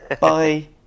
Bye